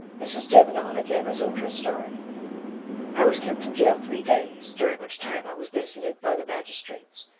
mrs. devenant again resumed her story i was kept in jail three days, during which time i was visited by the magistrates,